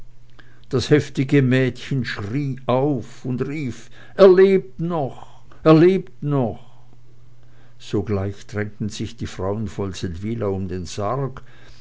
das heftige mädchen schrie laut auf und rief er lebt noch er lebt noch sogleich drängten sich die frauen von seldwyla um den sarg